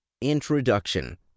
Introduction